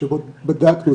שבדקנו.